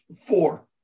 four